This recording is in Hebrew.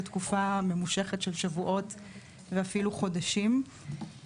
לתקופה ממושכת של שבועות ואפילו חודשים.